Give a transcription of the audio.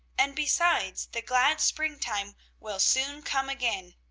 and, besides, the glad springtime will soon come again.